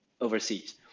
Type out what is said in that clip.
overseas